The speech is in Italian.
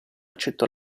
accettò